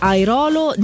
Airolo